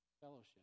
Fellowship